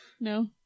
No